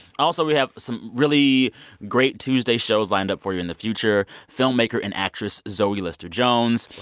also, we have some really great tuesday shows lined up for you in the future, filmmaker and actress zoe lister-jones,